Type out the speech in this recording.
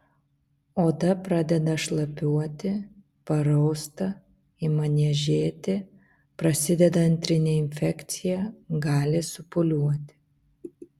oda pradeda šlapiuoti parausta ima niežėti prasideda antrinė infekcija gali supūliuoti